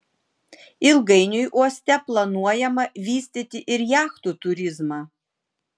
ilgainiui uoste planuojama vystyti ir jachtų turizmą